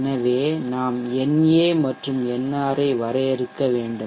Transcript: எனவே நாம் na மற்றும் nr ஐ வரையறுக்க வேண்டும்